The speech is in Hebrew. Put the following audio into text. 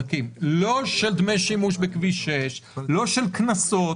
של דמי שימוש בכביש 6, לא של קנסות.